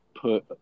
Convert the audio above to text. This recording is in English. put